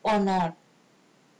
or not